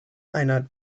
einer